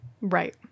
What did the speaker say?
Right